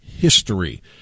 history